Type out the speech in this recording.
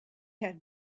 had